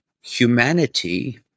humanity